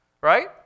right